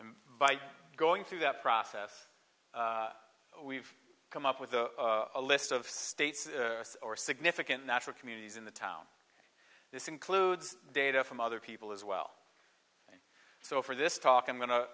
and by going through that process we've come up with a list of states or significant natural communities in the town this includes data from other people as well so for this talk i'm going to